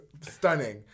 stunning